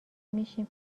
میشیم